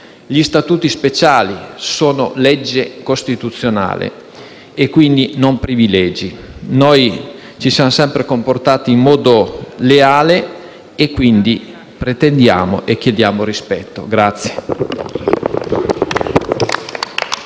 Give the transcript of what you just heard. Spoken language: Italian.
Gli statuti speciali sono norme di rango costituzionale, non privilegi; noi ci siamo sempre comportati in modo leale e quindi pretendiamo e chiediamo rispetto.